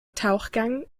tauchgang